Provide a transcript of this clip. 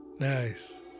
Nice